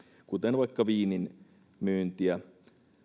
kuten viinin myyntiä